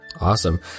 awesome